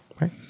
right